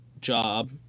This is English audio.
job